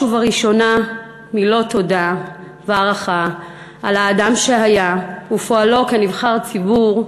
ובראשונה מילות תודה והערכה על האדם שהיה ועל פועלו כנבחר ציבור,